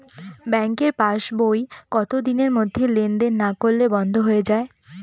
ব্যাঙ্কের পাস বই কত দিনের মধ্যে লেন দেন না করলে বন্ধ হয়ে য়ায়?